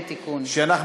לתיקון.